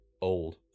Old